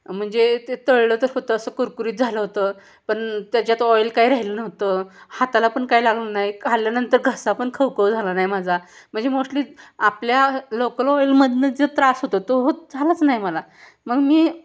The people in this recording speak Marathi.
म्हणजे ते तळलं तर होतं असं कुरकुरीत झालं होतं पण त्याच्यात ऑईल काही राहिलं नव्हतं हाताला पण काही लागू नाही खाल्ल्यानंतर घसा पण खवखव झाला नाही माझा म्हणजे मोश्टली आपल्या लोकल ऑईलमधनं जो त्रास होतो तो होत झालाच नाही मला मग मी